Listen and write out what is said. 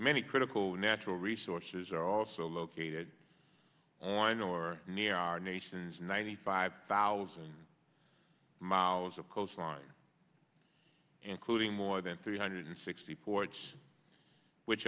many critical natural resources are also located on or near our nation's ninety five thousand miles of coastline including more than three hundred sixty ports which